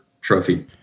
trophy